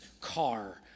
car